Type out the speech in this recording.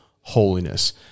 holiness